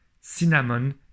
cinnamon